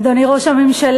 אדוני ראש הממשלה,